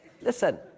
listen